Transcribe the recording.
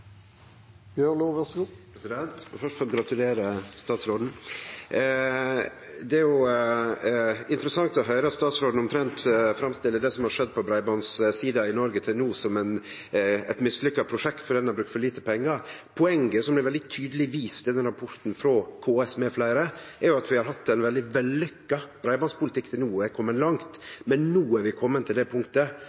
interessant å høyre at statsråden omtrent framstiller det som har skjedd på breibandsida i Noreg til no som eit mislykka prosjekt fordi ein har brukt for lite pengar. Poenget, som er tydeleg vist i rapporten frå KS med fleire, er at vi har hatt ein veldig vellykka breibandpolitikk til no. Vi har komme langt. Men no har vi komme til det punktet